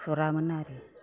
खुरामोन आरो